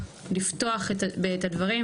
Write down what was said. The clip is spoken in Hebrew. לפתוח את הדברים,